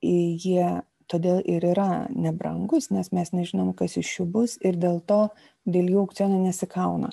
jie todėl ir yra nebrangus nes mes nežinom kas iš jų bus ir dėl to dėl jų aukcionai nesikauna